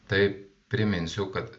tai priminsiu kad